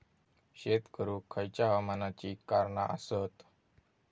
शेत करुक खयच्या हवामानाची कारणा आसत?